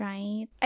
Right